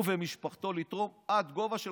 הוא ומשפחתו, לתרום עד גובה של